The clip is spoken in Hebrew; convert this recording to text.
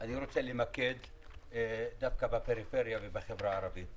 אני רוצה להתמקד דווקא בפריפריה ובחברה הערבית.